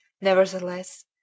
Nevertheless